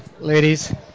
ladies